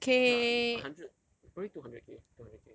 okay lah a hundred probably two hundred K two hundred K